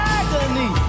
agony